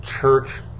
Church